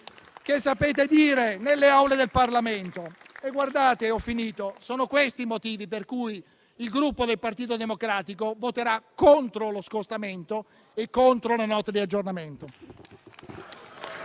che sapete dire nelle Aule del Parlamento. Sono questi i motivi per cui il Gruppo Partito Democratico voterà contro lo scostamento e contro la Nota di aggiornamento.